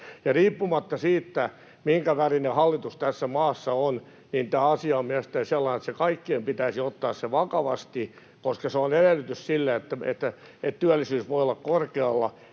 Riippumatta siitä, minkä värinen hallitus tässä maassa on, tämä asia on mielestäni sellainen, että kaikkien pitäisi ottaa se vakavasti, koska edellytys sille, että työllisyys voi olla korkealla,